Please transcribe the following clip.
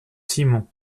simon